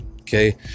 okay